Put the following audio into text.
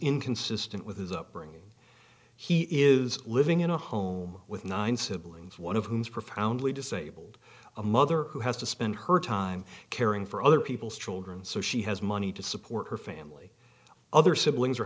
inconsistent with his upbringing he is living in a home with nine siblings one of whom is profoundly disabled a mother who has to spend her time caring for other people's children so she has money to support her family other siblings are